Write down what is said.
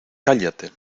cállate